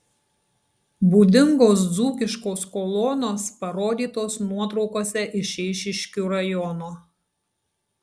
būdingos dzūkiškos kolonos parodytos nuotraukose iš eišiškių rajono